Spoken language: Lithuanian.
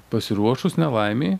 pasiruošus nelaimei